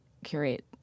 curate